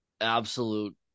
absolute